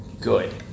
good